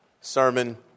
sermon